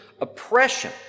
oppression